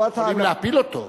לא, אבל יכולים להפיל אותו.